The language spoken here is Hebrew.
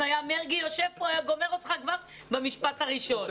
אם מרגי היה יושב פה היה גומר אותך כבר במשפט הראשון.